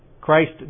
Christ